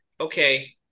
Okay